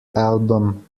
album